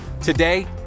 Today